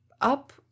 up